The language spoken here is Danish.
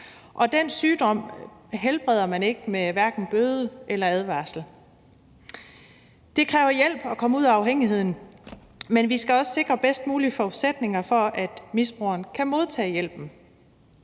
den sygdom helbreder man hverken med bøder eller advarsler. Det kræver hjælp at komme ud af afhængigheden, men vi skal også sikre bedst mulige forudsætninger for, at misbrugeren kan modtage hjælpen.